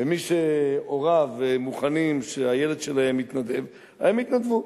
ומי שהוריו מוכנים שהילד שלהם יתנדב, הם יתנדבו.